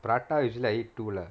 prata usually I eat two lah